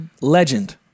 Legend